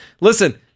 Listen